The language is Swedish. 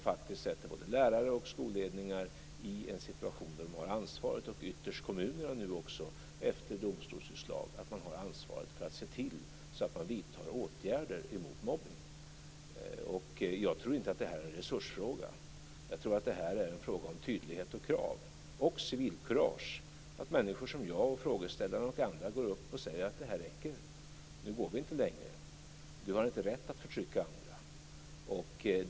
Dessa sätter både lärare och skolledningar och ytterst efter domstolsutslag också kommunerna i en situation där de har ansvar för att se till att åtgärder mot mobbning vidtas. Jag tror inte att det här är en resursfråga. Jag tror att det är en fråga om tydlighet, krav och civilkurage. Det gäller att människor som jag, frågeställaren och andra ställer sig upp och säger: Nu räcker det. Nu går vi inte längre. Du har inte rätt att förtrycka.